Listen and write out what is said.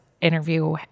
interview